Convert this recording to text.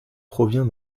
provient